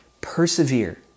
persevere